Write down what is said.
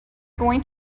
going